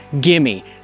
gimme